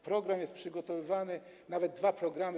Program jest przygotowywany, a nawet są dwa programy.